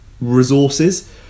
resources